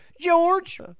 George